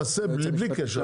אנחנו נעשה בלי קשר,